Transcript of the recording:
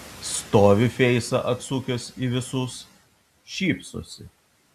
stovi feisą atsukęs į visus šypsosi